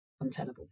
untenable